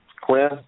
Quinn